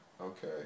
Okay